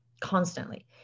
constantly